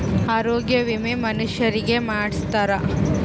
ಆರೊಗ್ಯ ವಿಮೆ ಮನುಷರಿಗೇ ಮಾಡ್ಸ್ತಾರ